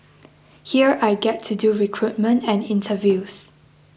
here I get to do recruitment and interviews